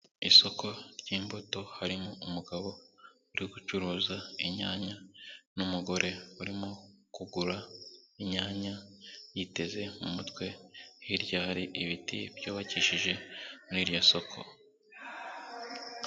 Isoko ry'imbuto, harimo umugabo uri gucuruza inyanya n'umugore urimo kugura inyanya, yiteze mu mutwe, hirya hari ibiti byubakishije muri iryo soko.